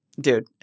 Dude